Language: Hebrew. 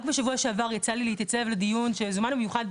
רק בשבוע שעבר יצא לי להתייצב בדיון בבית